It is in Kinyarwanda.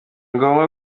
ngombwa